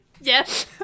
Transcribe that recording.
Yes